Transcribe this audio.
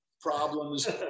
problems